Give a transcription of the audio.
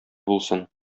булсын